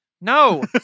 No